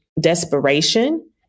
desperation